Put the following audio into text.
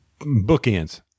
bookends